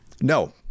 no